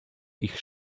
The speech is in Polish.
ich